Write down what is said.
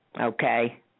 Okay